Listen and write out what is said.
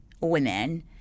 women